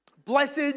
Blessed